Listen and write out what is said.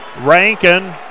Rankin